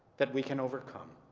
that we can overcome